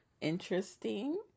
interesting